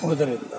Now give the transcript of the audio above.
ಅದರಿಂದ